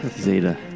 Zeta